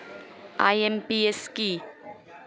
IMPS কি?